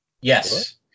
yes